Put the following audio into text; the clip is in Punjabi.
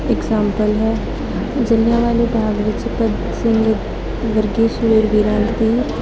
ਇਗਜ਼ਾਂਪਲ ਹੈ ਜਲਿਆਂਵਾਲਾ ਬਾਗ ਵਿੱਚ ਭਗਤ ਸਿੰਘ ਵਰਗੇ ਸੂਰਬੀਰਾਂ ਦੀ